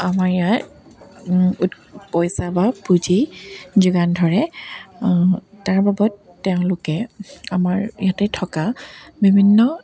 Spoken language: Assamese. আমাৰ ইয়াত পইচা বা পুঁজি যোগান ধৰে তাৰ বাবদ তেওঁলোকে আমাৰ ইয়াতে থকা বিভিন্ন